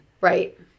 right